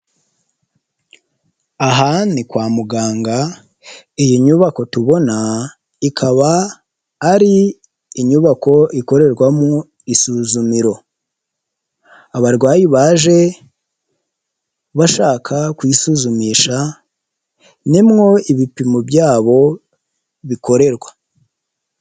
Aha ni kwa muganga, iyi nyubako tubona ikaba ari inyubako ikorerwamo isuzumiro, abarwayi baje bashaka kuyisuzumisha, nimwo ibipimo byabo bikorerwa.